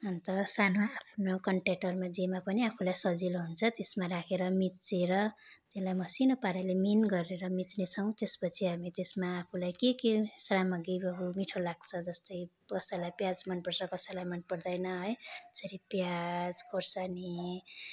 अन्त सानो आफ्नो कन्टेटरमा जेमा पनि आफूलाई सजिलो हुन्छ त्यसमा राखेर मिचेर त्यसलाई मसिनो पाराले मिहिन गरेर मिच्नेछौँ त्यसपछि हामी त्यसमा आफूलाई के के सामग्रीहरू मिठो लाग्छ जस्तै कसैलाई प्याज मनपर्छ कसैलाई मन पर्दैन है त्यसरी प्याज खोर्सानी